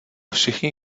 všichni